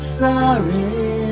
sorry